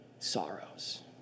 sorrows